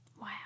Wow